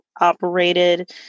operated